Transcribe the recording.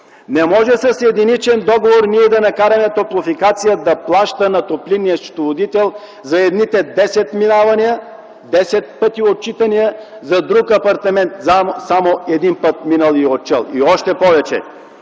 Не може с единичен договор ние да накараме „Топлофикация” да плаща на топлинния счетоводител за едните - десет минавания, десет пъти отчитания, а за друг апартамент – само един път минал и отчел. Още повече,